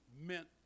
meant